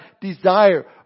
desire